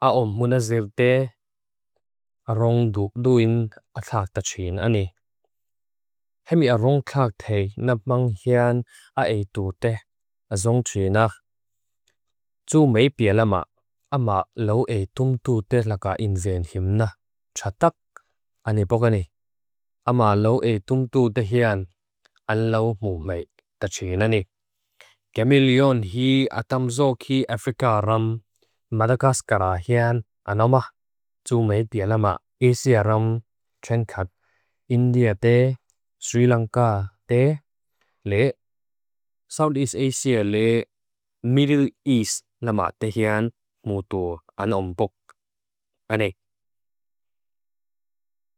Aon munazirte arong dukduin atlakta txinani. Hemi arong klakthei napang heam ae dute azong txina. Txume bialama ama loe dungdute laka inzen heamna. Txatak anipokani. Ama loe dungdute hean alau mumei txinani. Gemelion hi atamzo ki Afrika ram Madagascara hean anoma. Txume bialama Asia ram Trengkat India te Sri Lanka te le South East Asia le Middle East lama tehean mutu anompok Ane.